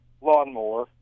lawnmower